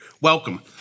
Welcome